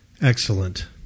Excellent